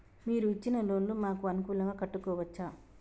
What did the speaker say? మీరు ఇచ్చిన లోన్ ను మాకు అనుకూలంగా కట్టుకోవచ్చా?